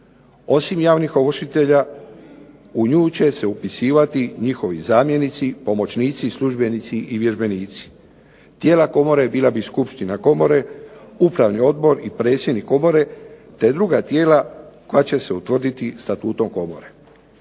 Osim javnih ovršitelja u nju će se upisivati njihovi zamjenici, pomoćnici, službenici i vježbenici. Tijela komore bila bi skupština komore, upravni odbor i predsjednik komore, te druga tijela koja će se utvrditi statutom komore.